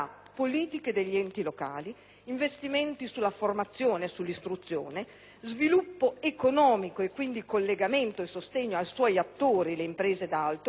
investimenti sulla formazione e sull'istruzione, sviluppo economico e quindi collegamento e sostegno ai suoi attori (imprese ed altro), occupazione (anche femminile),